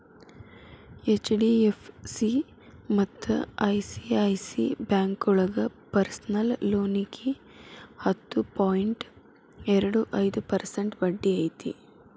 HDFC ಮತ್ತ ICICI ಬ್ಯಾಂಕೋಳಗ personal ಲೋನಿಗಿ ಹತ್ತು ಪಾಯಿಂಟ್ ಎರಡು ಐದು ಪರ್ಸೆಂಟ್ ಬಡ್ಡಿ ಐತಿ